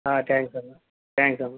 thanks అమ్మ thanks అమ్మ